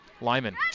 Lyman